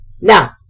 Now